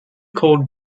called